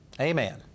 Amen